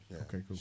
Okay